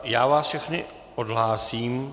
Já vás všechny odhlásím.